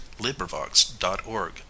LibriVox.org